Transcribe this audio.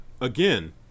Again